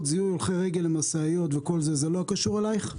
זיהוי הולכי רגל למשאיות לא קשור אליך?